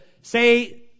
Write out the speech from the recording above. say